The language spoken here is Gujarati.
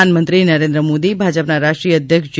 પ્રધાનમંત્રી નરેન્દ્ર મોદી ભાજપના રાષ્ટ્રીય અધ્યક્ષ જે